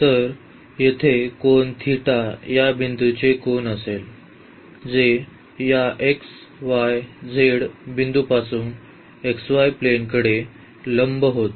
तर येथे कोन या बिंदूचे कोन असेल जे या x y z बिंदूपासून xy प्लेनाकडे लंब होते